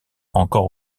encore